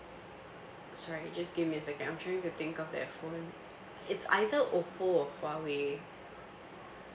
sorry just give me a second I'm trying to think of that phone it's either oppo or huawei